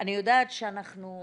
אני יודעת שאנחנו קטענו,